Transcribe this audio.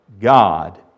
God